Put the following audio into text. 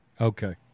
Okay